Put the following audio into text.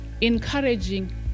encouraging